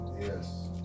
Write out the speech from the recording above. Yes